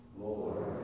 Lord